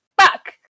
fuck